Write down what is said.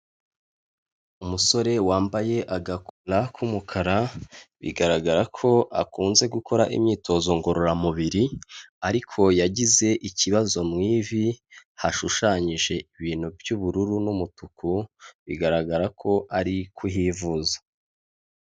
Umusore wambaye agakora k'umukara bigaragara ko akunze gukora imyitozo ngororamubiri, ariko yagize ikibazo mu ivi hashushanyije ibintu by'ubururu n'umutuku, bigaragara ko ari kuhivuza.